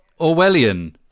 Orwellian